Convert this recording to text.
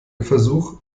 versuch